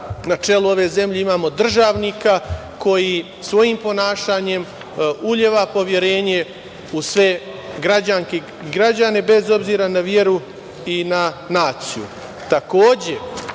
na čelu ove zemlje imamo državnika koji svojim ponašanjem uliva poverenje u sve građanke i građane, bez obzira na veru i na naciju. Takođe,